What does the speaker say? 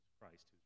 Christ